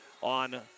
on